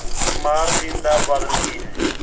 margarine ਦਾ ਬਦਲ ਕੀ ਹੈ